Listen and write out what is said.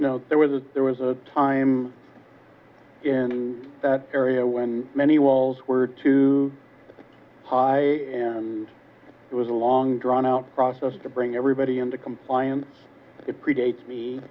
there was there was a time in that area when many walls were too high and it was a long drawn out process to bring everybody into compliance it predates me